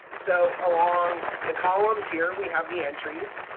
so along the columns here we have the entries.